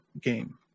game